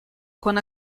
con